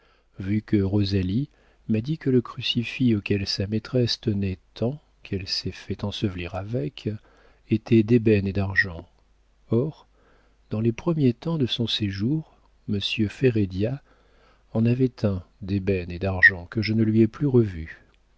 vu que rosalie m'a dit que le crucifix auquel sa maîtresse tenait tant qu'elle s'est fait ensevelir avec était d'ébène et d'argent or dans les premiers temps de son séjour monsieur férédia en avait un d'ébène et d'argent que je ne lui ai plus revu